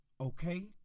okay